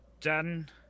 done